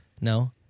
No